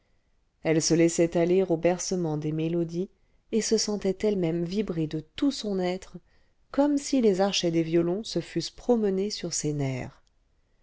elle se laissait aller au bercement des mélodies et se sentait elle-même vibrer de tout son être comme si les archets des violons se fussent promenés sur ses nerfs